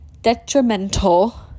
detrimental